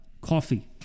coffee